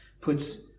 puts